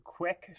quick